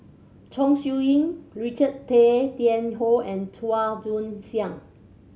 Chong Siew Ying Richard Tay Tian Hoe and Chua Joon Siang